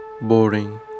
boring